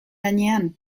gainean